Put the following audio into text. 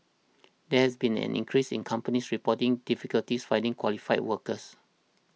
there has been an increase in companies reporting difficulties finding qualified workers